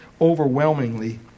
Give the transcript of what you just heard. overwhelmingly